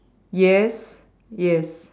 yes yes